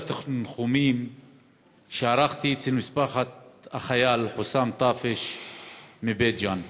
התנחומים שערכתי אצל משפחת החייל חוסאם טאפש מבית-ג'ן,